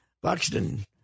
buxton